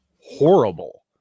horrible